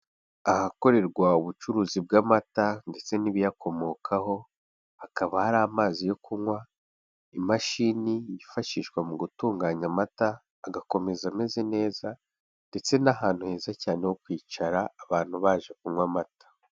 Ahakorerwa ubucuruzi bw'amata ndetse n'ibiyakomokaho hakaba hari amazi yo kunywa imashini yifashishwa mu gutunganya amata agakomeza ameze neza ndetse n'ahantu heza cyane ho kwicara abantu baje kunywa amata.